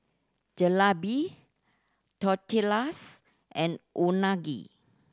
Jalebi Tortillas and Unagi